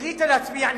החליטה להצביע נגד.